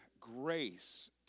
grace